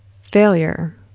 Failure